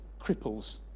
Cripples